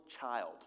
child